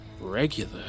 regular